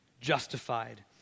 justified